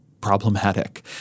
problematic